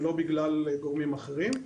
ולא בגלל גורמים אחרים.